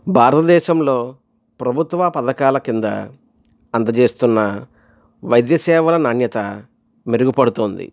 భారత దేశంలో ప్రభుత్వ పథకాల కింద అందజేస్తున్న వైద్య సేవల నాణ్యత మెరుగుపడుతుంది